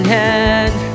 hand